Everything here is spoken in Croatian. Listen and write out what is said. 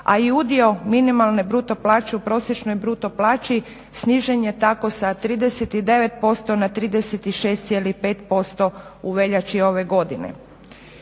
a i udio minimalne bruto plaće u prosječnoj bruto plaći snižen je tako sa 39% na 36,5% u veljači ove godine.